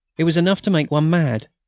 it was enough to make one mad.